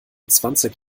zwanzig